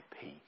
peace